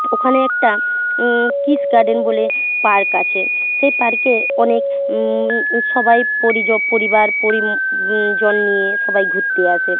ওখানে একটা ক্রিশ গার্ডেন বলে পার্ক আছে সেই পার্কে অনেক সবাই পরিবার পরি জন নিয়ে সবাই ঘুরতে আসে